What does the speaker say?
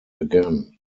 again